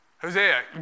Hosea